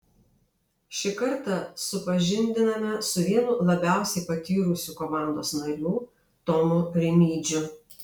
šį kartą supažindiname su vienu labiausiai patyrusių komandos narių tomu rimydžiu